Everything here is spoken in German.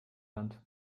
land